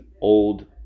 old